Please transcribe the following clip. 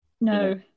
No